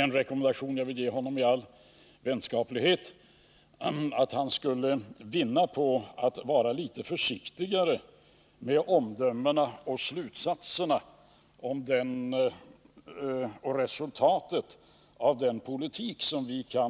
En rekommendation som jag vill ge honom i all vänskaplighet är att han skulle vinna på att vara litet försiktigare med omdömena om resultaten av den politik som förts